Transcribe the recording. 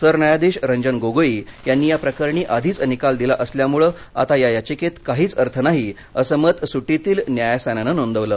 सरन्यायाधीश रंजन गोगोई यांनी या प्रकरणी आधीच निकाल दिला असल्यामुळे आता या याचिकेत काहीच अर्थ नाही असं मत सुटीतील न्यायासनानं नोंदवलं